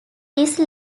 these